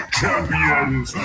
champions